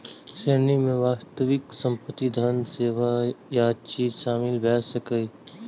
ऋण मे वास्तविक संपत्ति, धन, सेवा या चीज शामिल भए सकैए